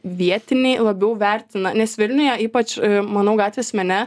vietiniai labiau vertina nes vilniuje ypač manau gatvės mene